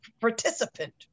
participant